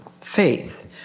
faith